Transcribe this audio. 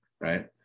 right